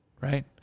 right